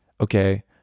Okay